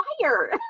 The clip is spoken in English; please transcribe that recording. fire